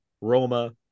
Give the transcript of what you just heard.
Roma